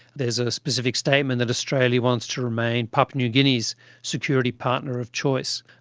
there's a specific statement that australia wants to remain papua new guinea's security partner of choice.